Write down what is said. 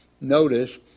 notice